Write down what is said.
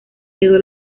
quedó